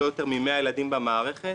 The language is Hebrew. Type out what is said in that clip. כלומר, לא יותר מ-100 ילדים במערכת.